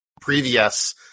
previous